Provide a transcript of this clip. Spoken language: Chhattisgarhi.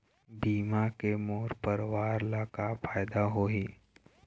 बीमा के मोर परवार ला का फायदा होही?